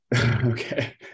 Okay